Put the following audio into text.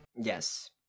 yes